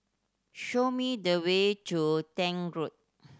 show me the way to Tank Road